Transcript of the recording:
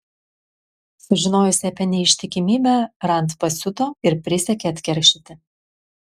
sužinojusi apie neištikimybę rand pasiuto ir prisiekė atkeršyti